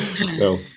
no